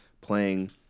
playing